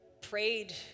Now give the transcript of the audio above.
prayed